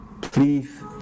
please